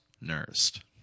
nursed